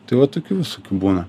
tai va tokių visokių būna